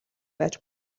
байж